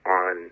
on